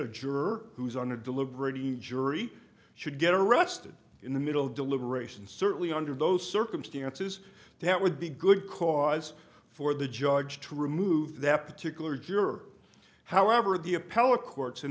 a juror who's on a deliberative jury should get arrested in the middle of deliberations certainly under those circumstances that would be good cause for the judge to remove that particular juror however the appellate courts in